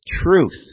truth